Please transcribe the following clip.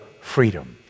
freedom